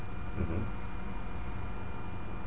mmhmm